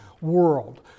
world